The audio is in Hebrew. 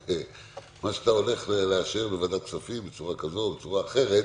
מה שאתה הולך לאשר בוועדת הכספים בצורה כזאת או אחרת